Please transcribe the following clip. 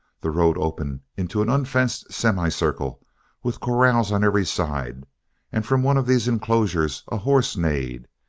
the road opened into an unfenced semicircle with corrals on every side and from one of these enclosures a horse neighed,